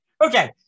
Okay